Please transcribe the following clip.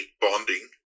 bonding